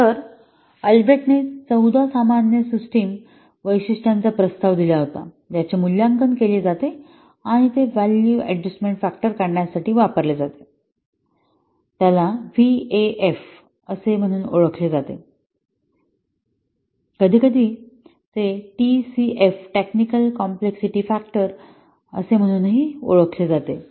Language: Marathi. तर अल्ब्रेच्टने 14 सामान्य सिस्टम वैशिष्ट्यांचा प्रस्ताव दिला होता ज्याचे मूल्यांकन केले जाते आणि ते व्हॅल्यू अडजस्टमेन्ट फॅक्टर काढण्यासाठी वापरले जाते त्याला व्ही ए एफ म्हणून ओळखले जाते कधीकधी ते T C F technical complexity factor म्हणून ओळखले जाते